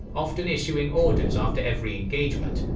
often issuing orders after every engagement,